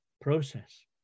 process